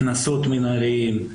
קנסות מנהליים,